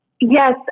Yes